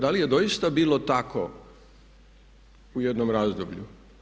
Da li je doista bilo tako u jednom razdoblju?